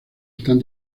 están